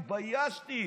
התביישתי.